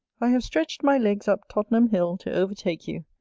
i have stretched my legs up tottenham hill to overtake you,